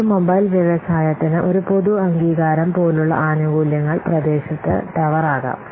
ഒരു മൊബൈൽ വ്യവസായത്തിന് ഒരു പൊതു അംഗീകാരം പോലുള്ള ആനുകൂല്യങ്ങൾ പ്രദേശത്ത് ടവർ ആകാം